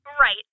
Right